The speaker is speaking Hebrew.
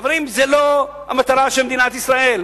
חברים, זו לא המטרה של מדינת ישראל.